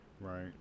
Right